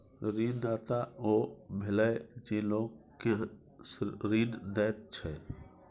ऋणदाता ओ भेलय जे लोक केँ ऋण दैत छै